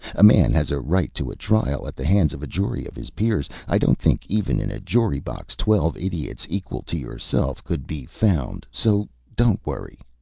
a man has a right to a trial at the hands of a jury of his peers. i don't think even in a jury-box twelve idiots equal to yourself could be found, so don't worry.